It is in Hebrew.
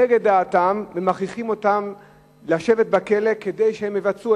נגד דעתם, ומכריחים אותם לשבת בכלא כדי שהם יבצעו.